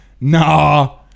Nah